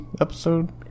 episode